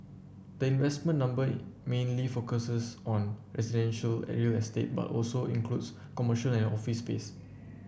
the investment number mainly focuses on residential a real estate but also includes commercial and office space